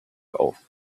auf